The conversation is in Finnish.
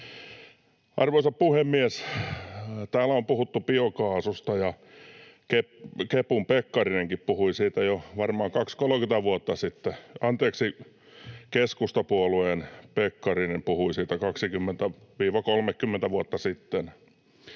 Arvoisa puhemies! Täällä on puhuttu biokaasusta, ja kepun Pekkarinenkin puhui siitä jo varmaan 20—30 vuotta sitten. [Tuomas Kettunen: Keskustan!] — Anteeksi, keskustapuolueen Pekkarinen puhui siitä 20—30 vuotta sitten.